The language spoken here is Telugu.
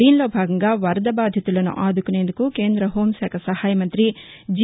దీనిలో భాగంగా వరద బాధితులను ఆదుకునేందుకు కేంద్ర హోంశాఖ సహాయమంత్రి జి